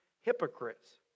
Hypocrites